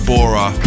Bora